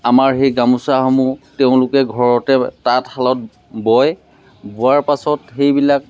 আমাৰ সেই গামোচাসমূহ তেওঁলোকে ঘৰতে তাঁতশালত বয় বোৱাৰ পাছত সেইবিলাক